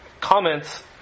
comments